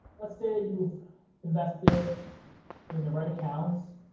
let's say you've invested in the right accounts,